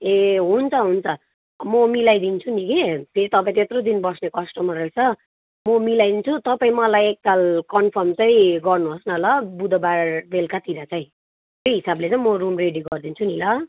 ए हुन्छ हुन्छ म मिलाइदिन्छु नि कि फेरि तपाईँ त्यत्रो दिन बस्ने कस्टमर रहेछ म मिलाइदिन्छु तपाईँ मलाई एकताल कन्फर्म चाहिँ गर्नुहोस् न ल बुधबार बेलुकातिर चाहिँ त्यही हिसाबले चाहिँ म रुम रेडी गरिदिन्छु नि त